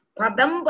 Padam